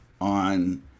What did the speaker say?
on